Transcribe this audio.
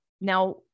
Now